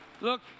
Look